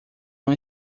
não